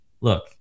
Look